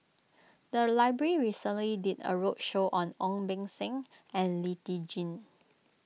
the library recently did a roadshow on Ong Beng Seng and Lee Tjin